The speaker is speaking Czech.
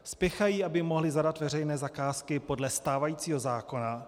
Spěchají, aby mohli zadat veřejné zakázky podle stávajícího zákona.